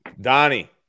Donnie